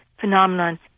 phenomenon